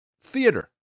theater